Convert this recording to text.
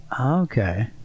Okay